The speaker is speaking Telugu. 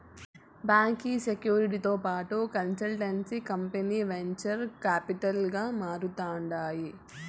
బాంకీ సెక్యూరీలతో పాటు కన్సల్టెన్సీ కంపనీలు వెంచర్ కాపిటల్ గా మారతాండాయి